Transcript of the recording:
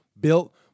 built